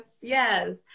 Yes